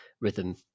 rhythm